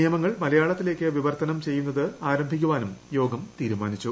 നിയമങ്ങൾ മലയാളത്തിലേക്ക് വിവർത്തനം ചെയ്യുന്നത് ആരം ഭിക്കുവാനും യോഗം തീരുമാനിച്ചു